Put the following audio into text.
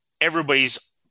everybody's